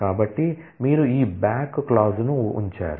కాబట్టి మీరు ఈ బ్యాక్ క్లాజ్ ను ఉంచారు